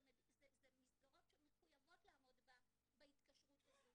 אלה מסגרות שמחויבות לעמוד בהתקשרות הזו,